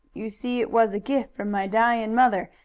you see it was a gift from my dyin' mother,